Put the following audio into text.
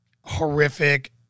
horrific